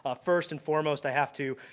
ah first and foremost i have to,